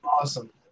awesome